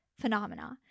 Phenomena